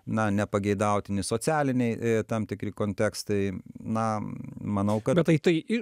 na nepageidautini socialiniai tam tikri kontekstai na manau kad tai